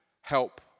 help